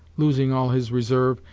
losing all his reserve,